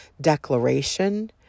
declaration